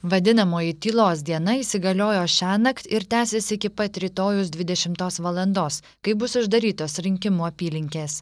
vadinamoji tylos diena įsigaliojo šiąnakt ir tęsėsi iki pat rytojaus dvidešimos valandos kai bus uždarytos rinkimų apylinkės